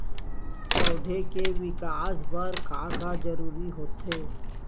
पौधे के विकास बर का का जरूरी होथे?